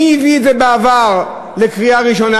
מי הביא את זה בעבר לקריאה ראשונה?